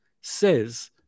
says